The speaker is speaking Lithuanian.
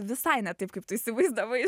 visai ne taip kaip tu įsivaizdavai